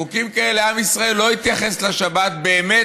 בחוקים כאלה עם ישראל לא יתייחס לשבת באמת